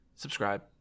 Subscribe